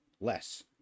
less